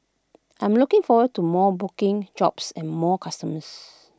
I'm looking forward to more booking jobs and more customers